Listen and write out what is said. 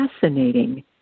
fascinating